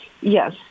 Yes